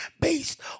based